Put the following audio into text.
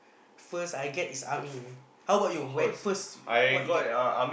first I get is army how about you when first what you get